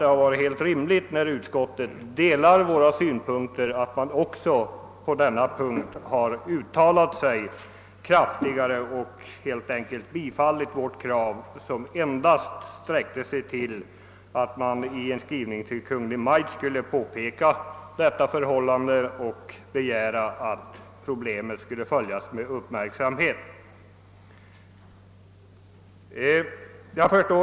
När utskottet nu delar motionärernas uppfattning tycker jag det hade varit rimligt att utskottet också hade uttalat sig kraftigare och helt enkelt tillstyrkt vårt krav, som ändå bara gällde att riksdagen i skrivelse till Kungl. Maj:t skulle påpeka missförhållandena och begära att problemen följs med uppmärksamhet. Herr talman!